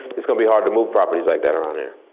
it's gonna be hard to move properties like that around there.